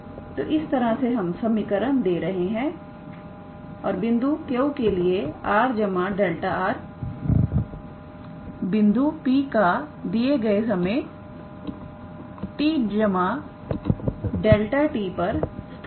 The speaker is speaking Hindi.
तो इस तरह से हम समीकरण दे रहे हैं और बिंदु Q के लिए𝑟⃗ 𝛿𝑟⃗ बिंदु P का दिए गए समय 𝑡 𝛿𝑡 पर स्थान है